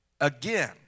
again